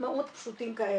במשפחה.